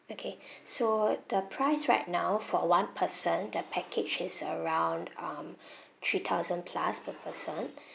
okay so the price right now for one person the package is around um three thousand plus per person